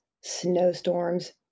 snowstorms